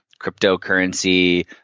cryptocurrency